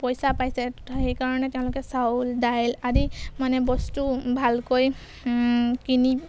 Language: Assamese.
পইচা পাইছে সেইকাৰণে তেওঁলোকে চাউল দাইল আদি মানে বস্তু ভালকৈ কিনি